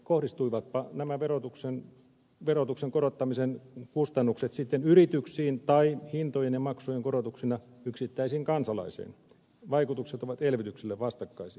kohdistuivatpa nämä verotuksen korottamisen kustannukset sitten yrityksiin tai hintojen ja maksujen korotuksina yksittäisiin kansalaisiin vaikutukset ovat elvytykselle vastakkaisia